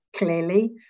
clearly